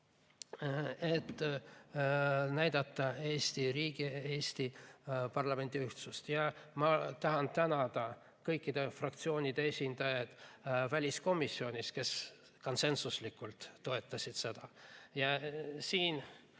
et näidata Eesti riigi ja Eesti parlamendi ühtsust. Ma tahan tänada kõikide fraktsioonide esindajaid väliskomisjonis, kes konsensuslikult seda toetasid. Siin